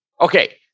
Okay